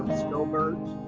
snowbirds.